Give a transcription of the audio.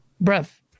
breath